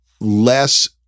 less